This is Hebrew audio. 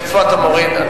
איפה אתה מוריד?